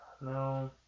no